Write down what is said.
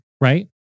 right